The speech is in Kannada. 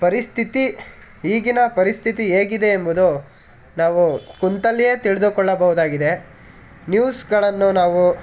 ಪರಿಸ್ಥಿತಿ ಈಗಿನ ಪರಿಸ್ಥಿತಿ ಹೇಗಿದೆ ಎಂಬುದು ನಾವು ಕೂತಲ್ಲಿಯೇ ತಿಳಿದುಕೊಳ್ಳಬೋದಾಗಿದೆ ನ್ಯೂಸ್ಗಳನ್ನು ನಾವು